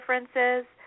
differences